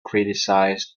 criticized